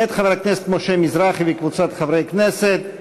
מאת חבר הכנסת משה מזרחי וקבוצת חברי הכנסת.